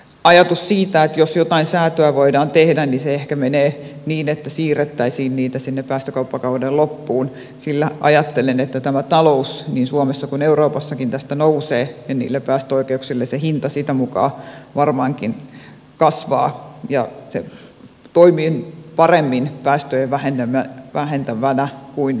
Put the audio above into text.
ajatus siitä että jotain säätöä voidaan tehdä ehkä menee niin että siirrettäisiin niitä sinne päästökauppakauden loppuun sillä ajattelen että tämä talous niin suomessa kuin euroopassakin tästä nousee ja päästöoikeuksilla se hinta sitä mukaa varmaankin kasvaa ja se toimii paremmin päästöjä vähentävänä kuin tällä hetkellä